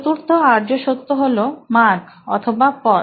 চতুর্থ আর্য সত্য হলো মার্গ অথবা পথ